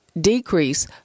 decrease